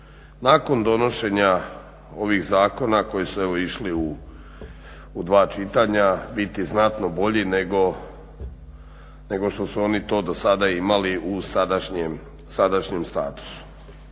nakon donošenja ovih zakona koji su evo išli u dva čitanja biti znatno bolji nego što su oni to do sada imali u sadašnjem statusu.